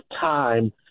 time